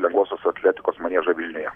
lengvosios atletikos maniežą vilniuje